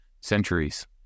centuries